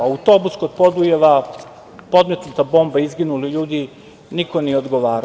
Autobus kod Podujeva, podmetnuta bomba, izginuli ljudi, niko nije odgovarao.